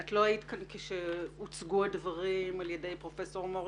את לא היית כאן עת הוצגו הדברים על ידי פרופסור מור